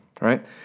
right